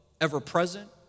ever-present